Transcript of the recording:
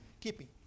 keeping